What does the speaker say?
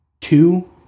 two